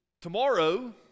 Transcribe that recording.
Tomorrow